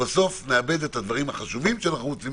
נאבד את הדברים החשובים שאנחנו רוצים